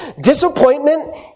disappointment